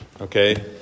Okay